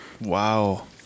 Wow